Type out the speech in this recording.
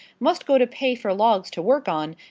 must go to pay for logs to work on,